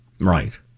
right